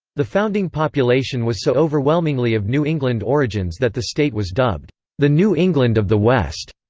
the founding population was so overwhelmingly of new england origins that the state was dubbed the new england of the west.